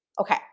Okay